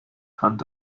hand